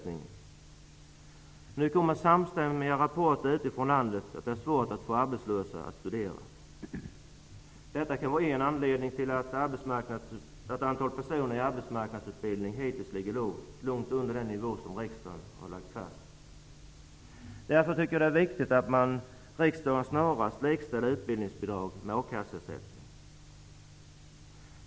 Nu kommer samstämmiga rapporter utifrån landet att det är svårt att få arbetslösa att studera. Det kan vara en anledning till att antalet personer i arbetsmarknadsutbildning hittills ligger långt under den nivå som riksdagen lade fast i våras. Riksdagen bör snarast likställa utbildningsbidragen med a-kasseersättningen.